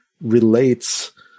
relates